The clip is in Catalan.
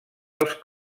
als